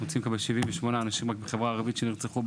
ומקבלים 78 אנשים שנרצחו